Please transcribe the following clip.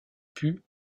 put